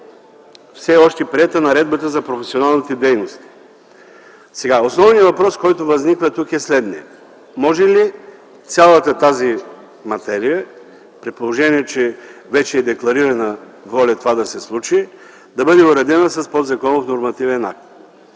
не е приета наредбата за професионалните дейности. Основният въпрос, който възниква тук, е следния: може ли цялата тази материя, при положение че вече е декларирана воля това да се случи, да бъде уредена с подзаконов нормативен акт?